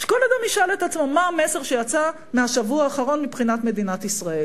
כל אדם ישאל את עצמו מה המסר שיצא מהשבוע האחרון מבחינת מדינת ישראל.